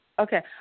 Okay